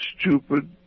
Stupid